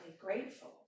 grateful